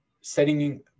setting